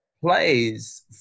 plays